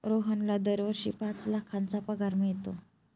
रोहनला दरवर्षी पाच लाखांचा पगार मिळतो